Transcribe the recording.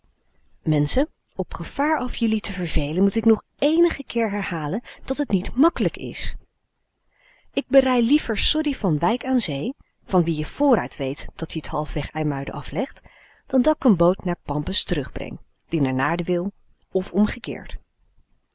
menschen op gevaar af jullie te vervelen moet ik nog éénige keeren herhalen dat t niet makkelijk is ik berij liever sorrie van wijk aan zee van wie je vooruit weet dat-ie t half weg ijmuiden aflegt dan dat k n boot naar pampus terug breng die naar naarden w i of omgekeerd